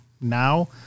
now